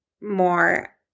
more